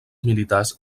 militars